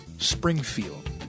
Springfield